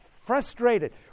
frustrated